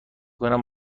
کنم